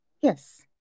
yes